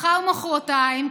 מחר-מוחרתיים,